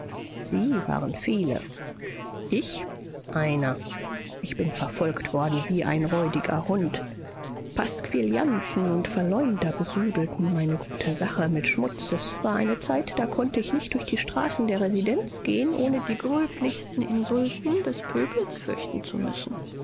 sie waren viele ich einer ich bin verfolgt worden wie ein räudiger hund pasquillanten und verleumder besudelten meine gute sache mit schmutz es war eine zeit da konnte ich nicht durch die straßen der residenz gehen ohne die gröblichsten insulten des pöbels fürchten zu müssen